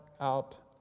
out